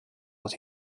what